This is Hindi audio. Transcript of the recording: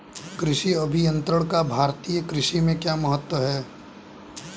कृषि अभियंत्रण का भारतीय कृषि में क्या महत्व है?